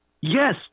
Yes